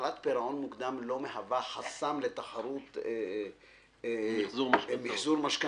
שעמלת פירעון מוקדם לא מהווה חסם לתחרות מחזור משכנתאות,